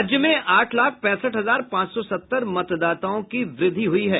राज्य में आठ लाख पैंसठ हजार पांच सौ सत्तर मतदाताओं की वृद्धि हुई है